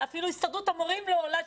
ואפילו הסתדרות המורים לא עולה,